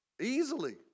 Easily